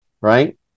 right